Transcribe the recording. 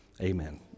Amen